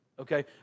okay